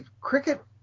cricket